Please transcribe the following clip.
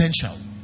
potential